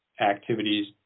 activities